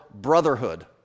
brotherhood